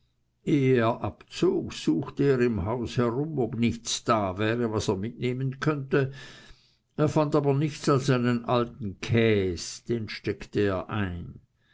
er abzog suchte er im haus herum ob nichts da wäre was er mitnehmen könnte er fand aber nichts als einen alten käs den steckte er ein